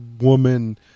woman